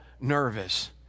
nervous